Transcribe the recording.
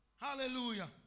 Hallelujah